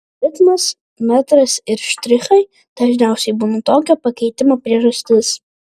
ritmas metras ir štrichai dažniausiai būna tokio pakeitimo priežastis